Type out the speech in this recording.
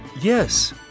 Yes